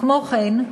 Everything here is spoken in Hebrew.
כמו כן,